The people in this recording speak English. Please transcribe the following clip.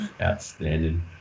Outstanding